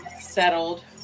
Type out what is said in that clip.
settled